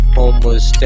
Homeless